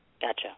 gotcha